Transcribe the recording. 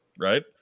Right